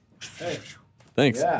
Thanks